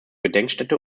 gedenkstätte